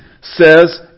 says